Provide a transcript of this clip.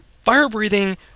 Fire-breathing